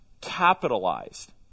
capitalized